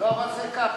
לא, אבל זה ככה.